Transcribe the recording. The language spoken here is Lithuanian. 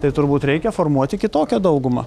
tai turbūt reikia formuoti kitokią daugumą